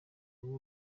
nawe